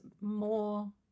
more